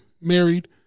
married